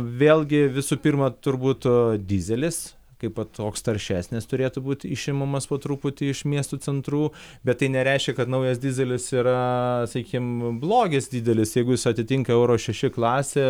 vėlgi visų pirma turbūt dyzelis kaip va toks taršesnis turėtų būt išimamas po truputį iš miestų centrų bet tai nereiškia kad naujas dyzelis yra sakykim blogis didelis jeigu jis atitinka euro šeši klasė